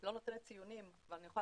אני לא נותנת ציונים אבל אני יכולה